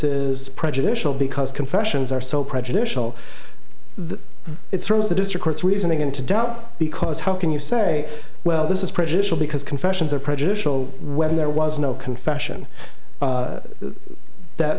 is prejudicial because confessions are so prejudicial it throws the district reasoning into doubt because how can you say well this is prejudicial because confessions are prejudicial whether there was no confession that